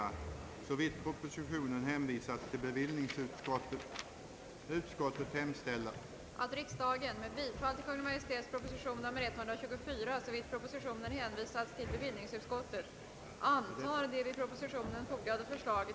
2. uppdraga åt styrelsen att genomföra en arkitekttävling i huvudsaklig överensstämmelse med det sålunda angivna programmet.